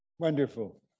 Wonderful